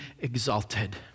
exalted